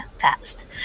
fast